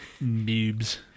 boobs